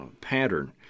pattern